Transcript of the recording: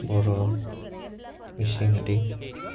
বড়ো মিচিং আদি